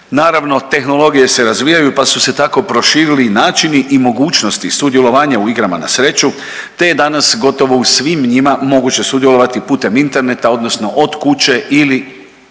Naravno, tehnologije se razvijaju pa su se tako proširili načini i mogućnosti sudjelovanja u igrama na sreću te je danas gotovo u svim njima moguće sudjelovati putem interneta odnosno od kuće ili